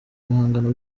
ibihangano